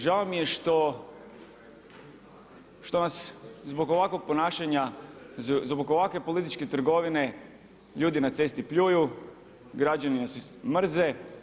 Žao mi je što nas zbog ovakvog ponašanja, zbog ovakve političke trgovine ljudi na cesti pljuju, građani nas mrze.